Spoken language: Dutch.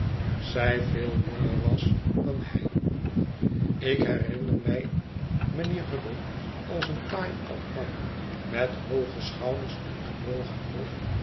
zij veel jonger was dan hij ik herinner mij mijnheer hubble als een taai oud man met hooge schouders en gebogen rug